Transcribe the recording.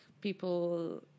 people